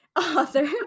Author